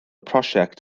prosiect